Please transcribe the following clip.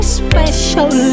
special